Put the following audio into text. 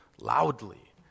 loudly